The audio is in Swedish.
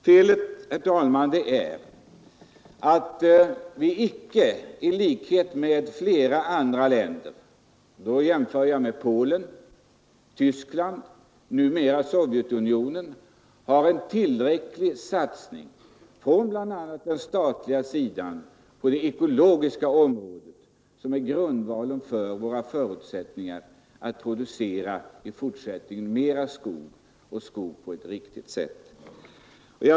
Felet, herr talman, är att vi icke i likhet med flera andra länder — t.ex. Polen, Tyskland och numera Sovjetunionen — har en tillräcklig satsning från bl, a. den statliga sidan på det ekologiska området, som är grundvalen för våra förutsättningar att i framtiden producera mera skog på ett riktigt sätt.